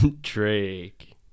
Drake